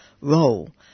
role